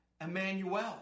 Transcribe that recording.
Emmanuel